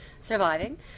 surviving